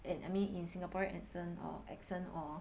err I mean in Singapore accent or accent or